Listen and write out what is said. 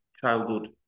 childhood